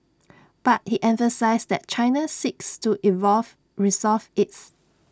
but he emphasised that China seeks to evolve resolve its